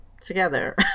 together